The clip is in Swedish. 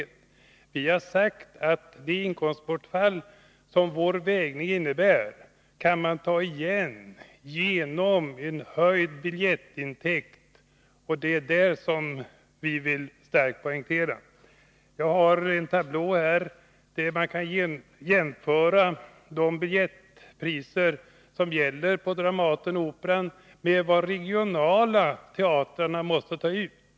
Vi har sagt — och vi vill starkt poängtera detta — att det inkomstbortfall som vår avvägning medför kan tas igen genom höjda biljettintäkter. Jag har i min hand en tablå med uppgifter om de biljettpriser som gäller på Dramaten och Operan och de som de regionala teatrarna måste ta ut.